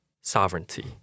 sovereignty